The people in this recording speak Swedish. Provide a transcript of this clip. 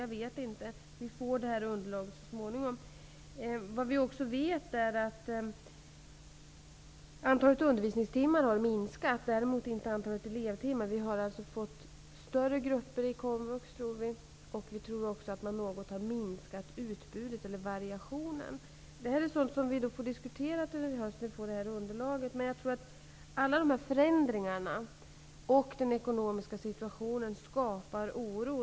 Jag vet inte -- vi får underlaget så småningom. Vi vet också att antalet undervisningstimmar har minskat, men däremot inte antalet elevtimmar. Vi tror att vi alltså har fått större grupper i komvux, och vi tror att man något har minskat utbudet eller variationen. Det är sådant som vi får diskutera i höst när vi får underlaget. Jag tror att alla dessa förändringar och den ekonomiska situationen skapar oro.